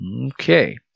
Okay